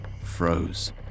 froze